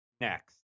next